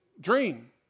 dream